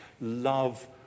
love